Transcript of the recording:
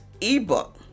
ebook